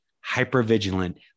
hyper-vigilant